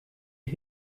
iri